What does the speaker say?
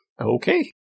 Okay